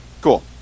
Cool